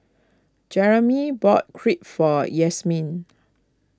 Jeramy bought Crepe for Yasmine